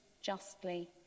justly